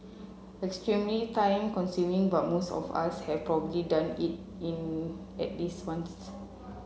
extremely time consuming but most of us have probably done it in at least once